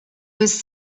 was